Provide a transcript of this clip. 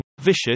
Vicious